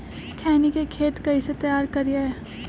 खैनी के खेत कइसे तैयार करिए?